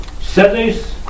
cities